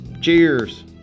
Cheers